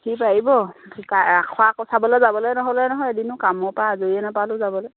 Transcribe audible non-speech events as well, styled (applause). সি পাৰিব সি (unintelligible) ৰাসৰ আখৰা চাবলৈ যাব নহ'লে নহয় এদিনো কামৰপৰা আজৰিয়েই নাপালোঁ যাবলৈ